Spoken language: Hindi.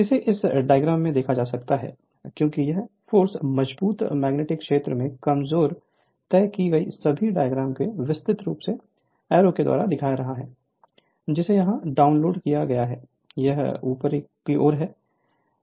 इसे इस डायग्राम में देखा जा सकता है क्योंकि यह फोर्स मजबूत मैग्नेटिक क्षेत्र से कमजोर तक के सभी डायग्राम को विस्तृत रूप से एरो के द्वारा दिखा रहा है जिसे यहां डाउनलोड किया गया है यह ऊपर की ओर है